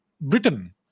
Britain